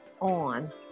on